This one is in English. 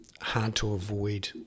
hard-to-avoid